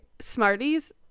Smarties